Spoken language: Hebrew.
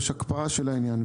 יש הקפאה של הדוח.